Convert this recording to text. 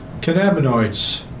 cannabinoids